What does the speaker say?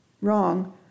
wrong